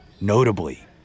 Notably